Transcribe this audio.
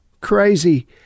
crazy